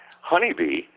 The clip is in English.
Honeybee